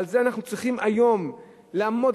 על זה אנחנו צריכים היום לעמוד,